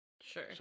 Sure